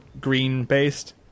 green-based